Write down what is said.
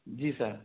जी sir